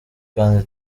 kandi